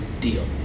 deal